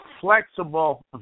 flexible